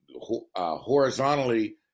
horizontally